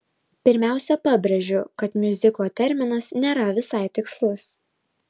pirmiausia pabrėžiu kad miuziklo terminas nėra visai tikslus